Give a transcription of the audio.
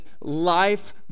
life